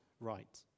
right